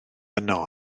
yno